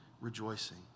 rejoicing